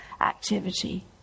activity